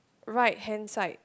right hand side